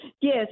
Yes